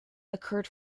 occurred